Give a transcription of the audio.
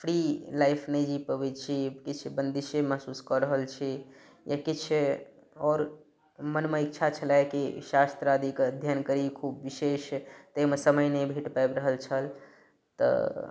free life नहि जी पबैत छी किछु बंदिशे महसूस कऽ रहल छी या किछु आओर मनमे इच्छा छलै कि शास्त्र आदिके अध्ययन करी खूब विशेष जाहिमे समय नहि भेट पाबि रहल छल तऽ